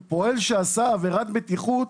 פועל שעשה עבירת בטיחות